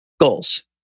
goals